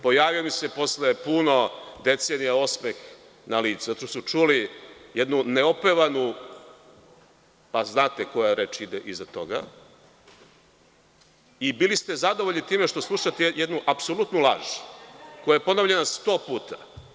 Pojavio se posle puno decenija osmeh na licu, jer su čuli jednu neopevanu, pa znate koja reč ide iza toga, i bili ste zadovoljni time što slušate jednu apsolutnu laž koja je ponovljena 100 puta.